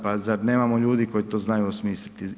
Pa zar nemamo ljudi koji to znaju osmisliti?